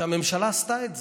שהממשלה עשתה את זה.